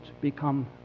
become